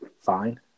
fine